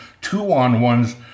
two-on-ones